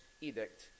edict